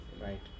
Right